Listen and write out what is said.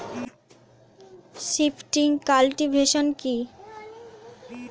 Shifting cultivation কি?